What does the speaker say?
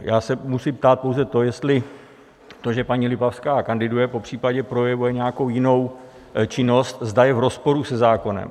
Já se musím ptát pouze na to, jestli to, že paní Lipavská kandiduje, popřípadě projevuje nějakou jinou činnost, zda je v rozporu se zákonem.